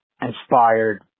inspired